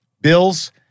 Bills